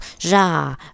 Ja